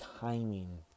timing